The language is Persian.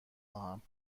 خواهم